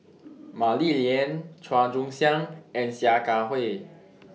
Mah Li Lian Chua Joon Siang and Sia Kah Hui